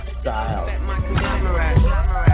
style